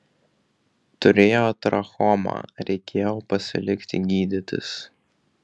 turėjo trachomą reikėjo pasilikti gydytis